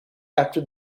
after